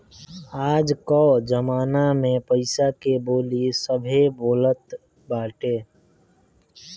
आज कअ जमाना में पईसा के बोली सभे बोलत बाटे